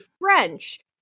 french